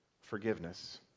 Forgiveness